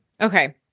Okay